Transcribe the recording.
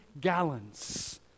gallons